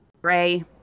Gray